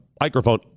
Microphone